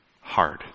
hard